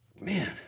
man